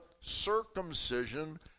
circumcision